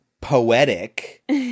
poetic